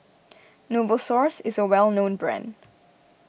Novosource is a well known brand